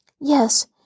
Yes